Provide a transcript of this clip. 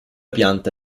pianta